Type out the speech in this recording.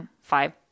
five